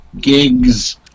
gigs